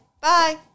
Bye